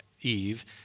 Eve